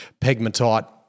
pegmatite